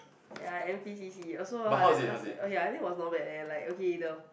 ya n_p_c_c also !wah! that last time oh ya I think was not bad leh like okay the